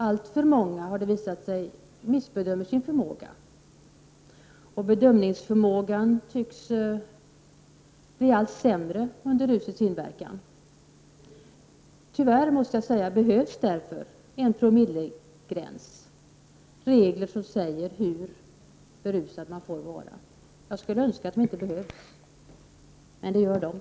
Alltför många missbedömer sin förmåga, har det visat sig. Bedömningsförmågan tycks bli sämre under rusets inverkan. Tyvärr behövs därför en promillegräns. Det behövs regler som stadgar hur berusad man får vara. Jag skulle önska att de inte behövdes, men de behövs ändå.